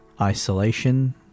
isolation